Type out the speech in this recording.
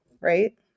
right